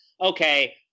Okay